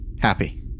happy